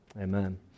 Amen